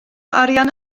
arian